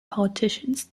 politicians